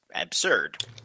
absurd